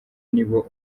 nibo